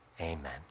amen